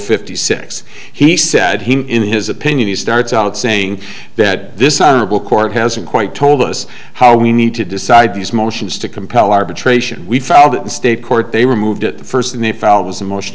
fifty six he said he in his opinion he starts out saying that this honorable court hasn't quite told us how we need to decide these motions to compel arbitration we filed in state court they removed it the first thing they file was